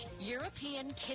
European